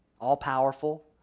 all-powerful